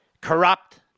corrupt